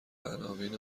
عناوین